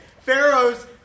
Pharaoh's